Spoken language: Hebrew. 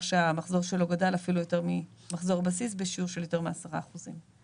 שהמחזור שלו גדל אפילו יותר ממחזור בסיס בשיעור של יותר מ-10 אחוזים.